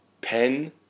pen